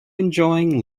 enjoying